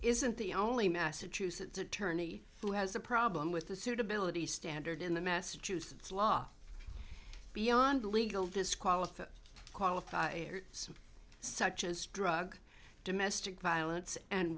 isn't the only massachusetts attorney who has a problem with the suitability standard in the massachusetts law beyond legal disqualify qualified such as drug domestic violence and